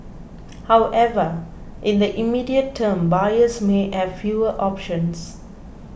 however in the immediate term buyers may have fewer options